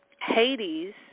Hades